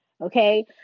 Okay